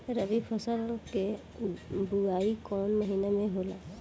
रबी फसल क बुवाई कवना महीना में होला?